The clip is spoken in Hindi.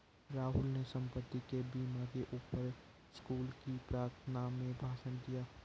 राहुल ने संपत्ति के बीमा के ऊपर स्कूल की प्रार्थना में भाषण दिया